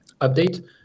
update